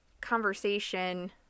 conversation